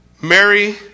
Mary